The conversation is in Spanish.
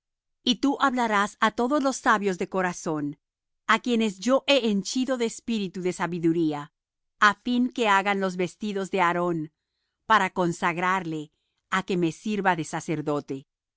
y tú hablarás á todos los sabios de corazón á quienes yo he henchido de espíritu de sabiduría á fin que hagan los vestidos de aarón para consagrarle á que me sirva de sacerdote